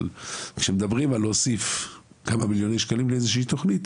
אבל כשמדברים על להוסיף כמה מיליוני שקלים לאיזושהי תוכנית